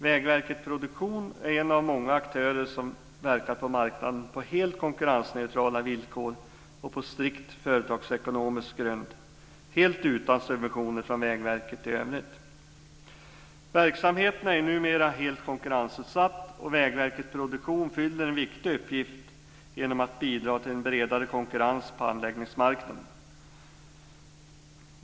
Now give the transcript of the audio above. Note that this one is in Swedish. Vägverket Produktion är en av många aktörer som verkar på marknaden på helt konkurrensneutrala villkor och på strikt företagsekonomisk grund helt utan subventioner från Vägverket i övrigt. Verksamheten är numera helt konkurrensutsatt, och Vägverket Produktion fyller en viktig uppgift genom att bidra till en bredare konkurrens på anläggningsmarknaden.